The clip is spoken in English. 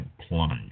plunge